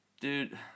dude